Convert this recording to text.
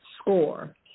score